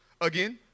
again